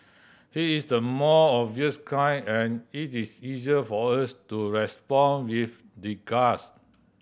he is the more obvious kind and it is easy for us to respond with disgust